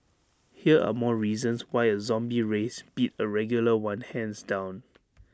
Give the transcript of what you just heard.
here are more reasons why A zombie race beat A regular one hands down